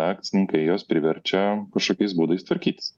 akcininkai juos priverčia kažkokiais būdais tvarkytis